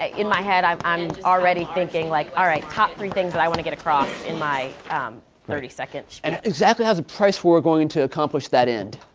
ah in my head, i'm i'm already thinking, like all right, top three things that i want to get across in my thirty seconds. and exactly how's a price war going to accomplish that end?